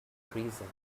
increasing